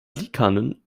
liikanen